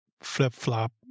flip-flop